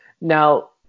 Now